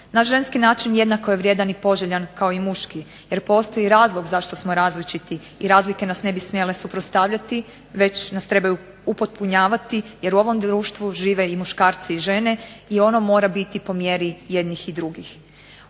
Naš ženski način jednako je vrijedan i poželjan kao i muški jer postoji razlog zašto smo različiti i razlike nas ne bi smjele suprotstavljati, već nas trebaju upotpunjavati jer u ovom društvu žive i muškarci i žene i ono mora biti po mjeri jednih i drugih.